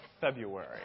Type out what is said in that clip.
February